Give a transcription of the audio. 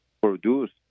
produce